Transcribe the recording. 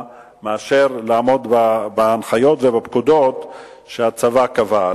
מאשר לעמוד בהנחיות ובפקודות שהצבא קבע.